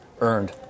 earned